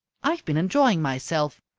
i've been enjoying myself.